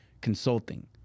consulting